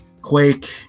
Quake